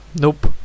Nope